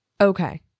Okay